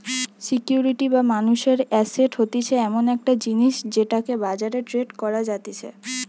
security বা মানুষের asset হতিছে এমন একটা জিনিস যেটাকে বাজারে ট্রেড করা যাতিছে